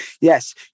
yes